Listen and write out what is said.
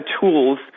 tools